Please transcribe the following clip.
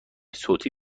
صوتی